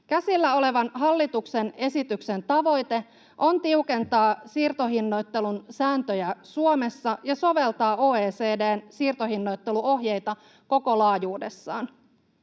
Käsillä olevan hallituksen esityksen tavoite on tiukentaa siirtohinnoittelun sääntöjä Suomessa ja soveltaa OECD:n siirtohinnoitteluohjeita koko laajuudessaan.